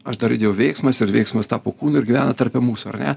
aš dar įdėjau veiksmas ir veiksmas tapo kūnu ir gyvena tarpe mūsų ar ne